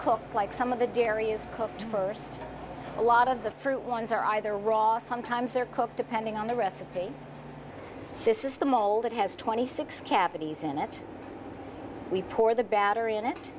cooked like some of the dairy is cooked first a lot of the fruit ones are either wrong or sometimes they're cooked depending on the recipe this is the mold it has twenty six cavities in it we pour the battery in it